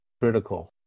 critical